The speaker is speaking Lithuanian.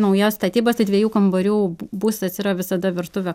naujos statybos tai dviejų kambarių būstas yra visada virtuvė